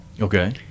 okay